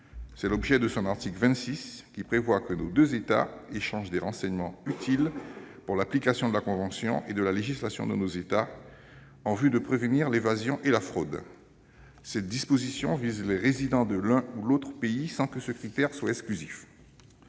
C'est l'objet de son article 26, prévoyant que France et Botswana échangent des renseignements utiles pour l'application de la convention et de la législation de nos États en vue de prévenir l'évasion et la fraude. Cette disposition vise les résidents de l'un ou l'autre pays sans que ce critère soit exclusif.